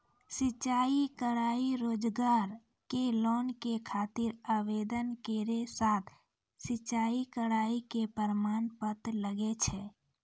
सिलाई कढ़ाई रोजगार के लोन के खातिर आवेदन केरो साथ सिलाई कढ़ाई के प्रमाण पत्र लागै छै?